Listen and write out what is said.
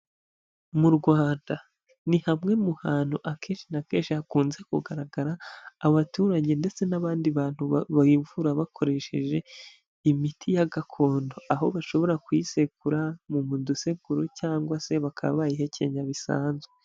Mu Rwanda ni hamwe mu hantu akenshi na kenshi hakunze kugaragara abaturage ndetse n'abandi bantu bivura bakoresheje imiti ya gakondo, aho bashobora kuyisekura mu mu dusekuru cyangwa se bakaba bayihekenya bisanzwe.